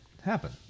happen